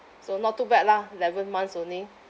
so not too bad lah eleven months only